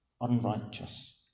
unrighteous